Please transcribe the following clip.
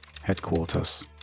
Headquarters